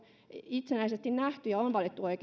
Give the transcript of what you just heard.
itsenäisesti nähty ja on valittu oikeita